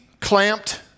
clamped